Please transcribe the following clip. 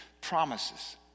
promises